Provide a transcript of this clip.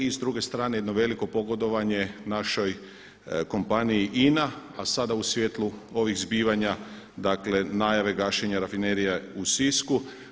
I s druge strane jedno veliko pogodovanje našoj kompaniji INA a sada u svijetlu ovih zbivanja dakle najave gašenja rafinerije u Sisku.